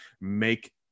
make